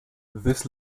this